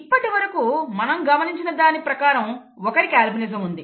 ఇప్పటివరకు మనం గమనించిన దాని ప్రకారం ఒకరికి అల్బినిజం ఉంది